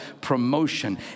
promotion